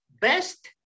best